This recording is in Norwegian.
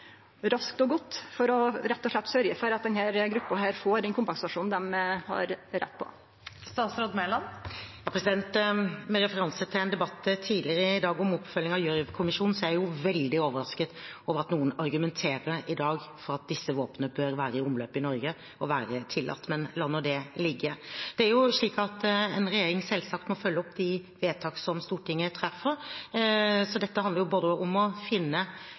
og godt for rett og slett å sørgje for at denne gruppa får den kompensasjonen dei har rett til? Med referanse til en debatt tidligere i dag om oppfølging av Gjørv-kommisjonen, er jeg veldig overrasket over at noen i dag argumenterer for at disse våpnene bør være i omløp og tillatt i Norge, men la nå det ligge. Det er slik at en regjering selvsagt må følge opp de vedtak Stortinget treffer, så dette handler om å